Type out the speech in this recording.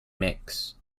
mix